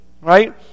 Right